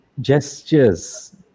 gestures